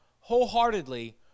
wholeheartedly